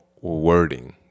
wording